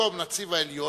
במקום הנציב העליון,